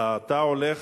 אתה הולך,